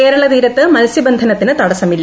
കേരള തീരത്ത് മൽസ്യ ബന്ധനത്തിന് തടസ്സമില്ല